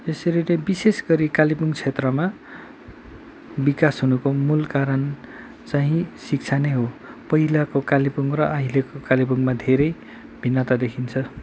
यसरी नै विशेष गरी कालेबुङ क्षेत्रमा विकास हुनुको मूल कारण चाहिँ शिक्षा नै हो पहिलाको कालेबुङ र अहिलेको कालेबुङमा धेरै भिन्नता देखिन्छ